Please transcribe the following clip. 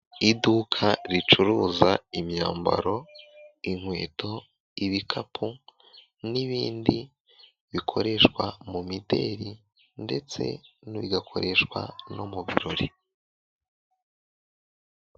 Iduka ricuruza imyambaro, inkweto, ibikapu n'ibindi bikoreshwa mu mideri ndetse bigakoreshwa no mu birori.